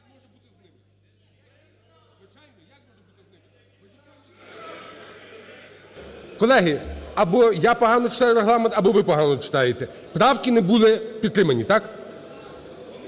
Колеги, або я погано читаю Регламент, або ви погано читаєте. Правки не були підтримані, так?